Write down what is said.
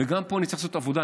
וגם פה נצטרך לעשות עבודה,